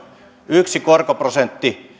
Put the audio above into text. yksi korkoprosentti